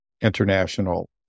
international